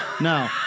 No